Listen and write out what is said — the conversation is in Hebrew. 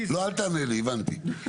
לא, אל תענה לי, הבנתי.